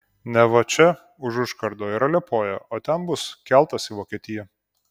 neva čia už užkardo yra liepoja o ten bus keltas į vokietiją